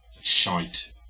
shite